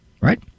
right